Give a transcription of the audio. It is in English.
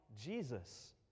Jesus